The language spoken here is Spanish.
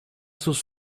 sus